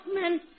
men